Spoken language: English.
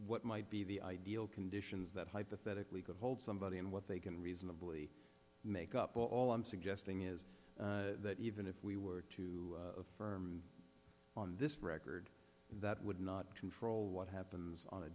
what might be the ideal conditions that hypothetically could hold somebody and what they can reasonably make up but all i'm suggesting is that even if we were to affirm on this record that would not control what happens on a